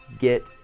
get